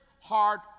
hard